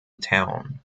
town